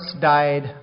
died